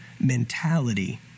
mentality